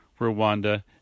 Rwanda